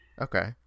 Okay